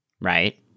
right